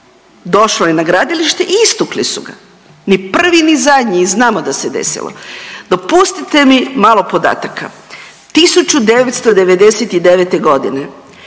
došao je na gradilište i istukli su ga. Ni prvi ni zadnji i znamo da se desilo. Dopustite mi malo podataka. 1999. g.